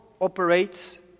operates